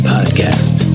Podcast